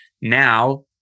now